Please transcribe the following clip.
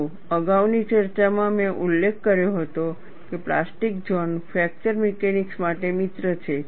જુઓ અગાઉની ચર્ચામાં મેં ઉલ્લેખ કર્યો હતો કે પ્લાસ્ટિક ઝોન ફ્રેક્ચર મિકેનિક્સ માટે મિત્ર છે